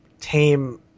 tame